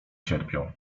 cierpią